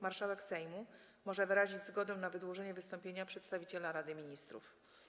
Marszałek Sejmu może wyrazić zgodę na wydłużenie wystąpienia przedstawiciela Rady Ministrów.